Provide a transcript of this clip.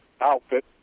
outfit